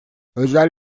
özel